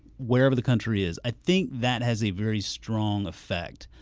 wherever the country is, i think that has a very strong effect,